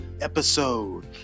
episode